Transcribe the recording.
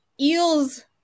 eels